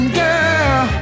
girl